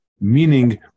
meaning